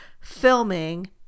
filming